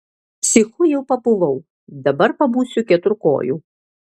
psichu jau pabuvau dabar pabūsiu keturkoju